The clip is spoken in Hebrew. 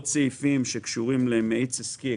יש עוד סעיפים שקשורים למאיץ עסקי,